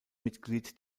mitglied